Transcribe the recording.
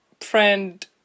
friend